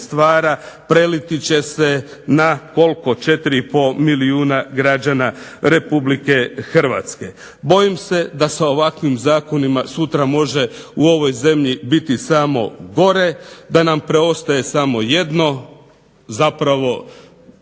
stvara preliti će se na 4,5 milijuna građana Republike Hrvatske. Bojim se da sa ovakvim zakonima sutra može u ovoj zemlji biti samo gore, da nam preostaje samo jedno zapravo